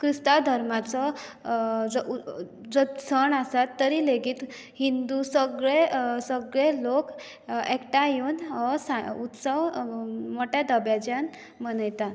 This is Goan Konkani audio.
क्रिस्तांव धर्माचो जो सण आसा तरी लेगीत हिंदू सगळें सगळें लोक एकठांय येवन हो सा उत्सव मोठ्या दब्याज्यान मनयता